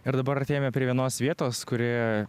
ir dabar artėjame prie vienos vietos kurioje